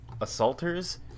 assaulters